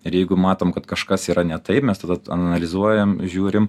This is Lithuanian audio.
ir jeigu matom kad kažkas yra ne taip mes tada analizuojam žiūrim